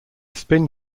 spin